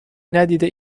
ندیده